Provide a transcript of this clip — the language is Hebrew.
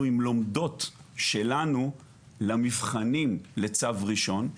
עם לומדות שלנו למבחנים לצו ראשון.